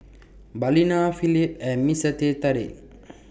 Balina Phillips and Mister Teh Tarik